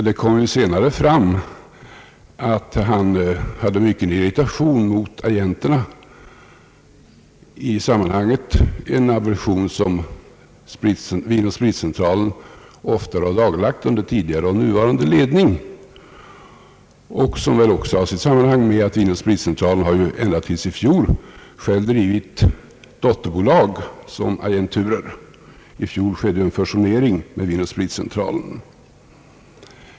Det kom senare fram att han hyste mycken aversion mot agenterna i sammanhanget. Det är en aversion som Vinoch spritcentralen ofta ådagalagt under tidigare och nuvarande ledning och som väl också har sammanhang med att Vinoch spritcentralen ända till i fjol själv drivit dotterbolag som agenturer. I fjol blev det ju en fusion med Vinoch spritcentralen.